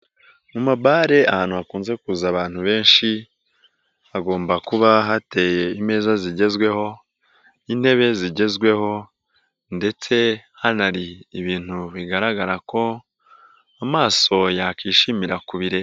Mu mabare ahantu hakunze kuza abantu benshi hagomba kuba hateye imeza zigezweho, intebe zigezweho ndetse hanari ibintu bigaragara ko amaso yakwishimira kubireba.